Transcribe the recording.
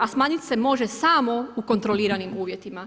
A smanjit se može samo u kontroliranim uvjetima.